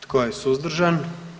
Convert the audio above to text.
Tko je suzdržan?